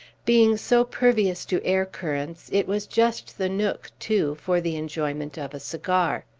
being so pervious to air-currents, it was just the nook, too, for the enjoyment of a cigar.